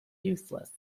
useless